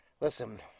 Listen